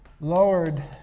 lowered